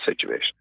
situation